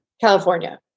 California